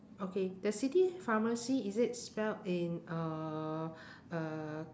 okay the city pharmacy is it spelled in uhh uh